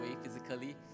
physically